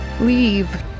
leave